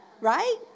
right